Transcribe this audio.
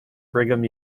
brigham